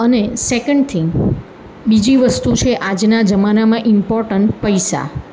અને second thing બીજી વસ્તુ છે આજના જમાનામાં ઇમ્પોર્ટન્ટ પૈસા